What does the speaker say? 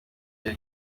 gihe